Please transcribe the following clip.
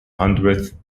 hundredth